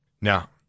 Now